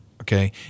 okay